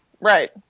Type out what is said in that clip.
Right